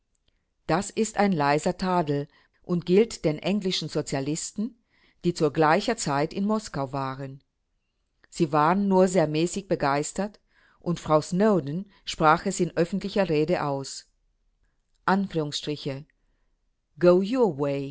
das ist ein leiser tadel und gilt den englischen sozialisten die zu gleicher zeit in moskau waren sie waren nur sehr mäßig begeistert und frau snowden sprach es in öffentlicher rede aus go